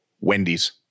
Wendy's